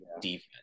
defense